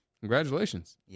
congratulations